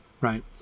right